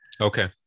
Okay